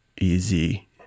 easy